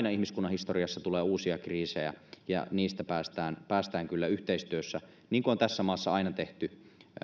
historiassa tulee uusia kriisejä ja niistä päästään päästään kyllä yhteistyössä niin kuin on tässä maassa aina tehty